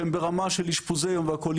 שהם ברמה של אשפוזים והכול,